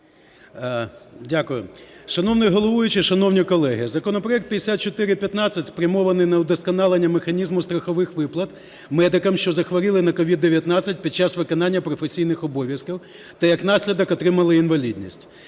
Дякую. Шановний головуючий, шановні колеги, законопроект 5415 спрямований на вдосконалення механізму страхових виплат медикам, що захворіли на COVID-19 під час виконання професійних обов'язків та як наслідок отримали інвалідність.